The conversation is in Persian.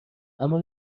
اما